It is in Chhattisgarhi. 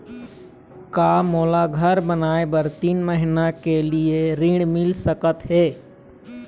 का मोला घर बनाए बर तीन महीना के लिए ऋण मिल सकत हे?